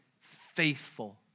faithful